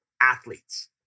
athletes